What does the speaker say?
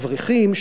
לאברכים,